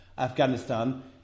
Afghanistan